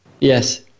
Yes